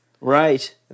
Right